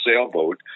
sailboat